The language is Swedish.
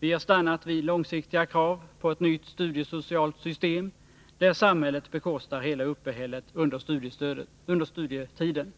Vi har stannat vid långsiktiga krav på ett nytt studiesocialt system, där samhället bekostar hela uppehället under studietiden.